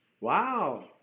Wow